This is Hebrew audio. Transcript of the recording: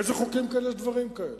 באיזה חוקים יש דברים כאלה?